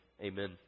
Amen